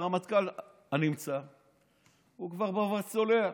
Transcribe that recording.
הרמטכ"ל הנמצא הוא כבר ברווז צולע,